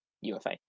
UFA